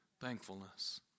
thankfulness